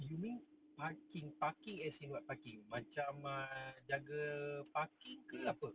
you mean parking parking as in what macam jaga parking ke apa